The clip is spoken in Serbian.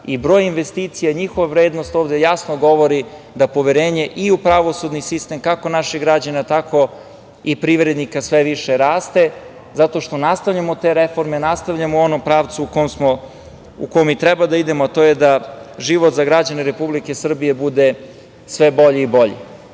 i broj investicija, njihova vrednost ovde jasno govori da poverenje i u pravosudni sistem, kako naših građana, tako i privrednika sve više raste, zato što nastavljamo te reforme, nastavljamo u onom pravcu u kome i treba da idemo, a to je da život za građane Republike Srbije bude sve bolji i bolji. Tako